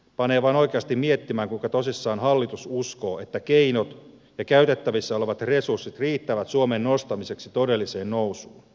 panee vaan oikeasti miettimään kuinka tosissaan hallitus uskoo että keinot ja käytettävissä olevat resurssit riittävät suomen nostamiseksi todelliseen nousuun